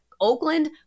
Oakland